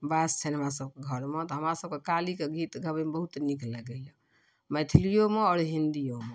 बास छनि हमरा सबके घरमे तऽ हमरा सबके कालीके गीत गबैमे बहुत नीक लगैय मैथिलियोमे आओर हिन्दियोमे